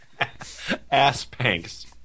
Asspanks